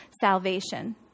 salvation